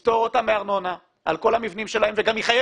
יפטור אותם מארנונה על כל הבנים שלהם וגם יחייב